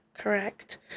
Correct